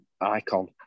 icon